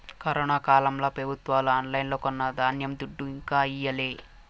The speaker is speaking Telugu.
కరోనా కాలంల పెబుత్వాలు ఆన్లైన్లో కొన్న ధాన్యం దుడ్డు ఇంకా ఈయలే